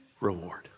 reward